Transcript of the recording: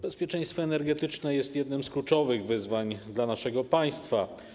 Bezpieczeństwo energetyczne jest jednym z kluczowych wyzwań dla naszego państwa.